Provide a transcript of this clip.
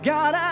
God